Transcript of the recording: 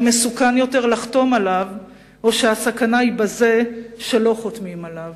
אם מסוכן יותר לחתום עליו או שהסכנה היא בזה שלא חותמים עליו.